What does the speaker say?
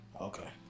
Okay